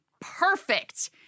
perfect